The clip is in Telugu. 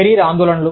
కెరీర్ ఆందోళనలు